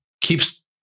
keeps